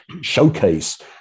showcase